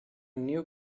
new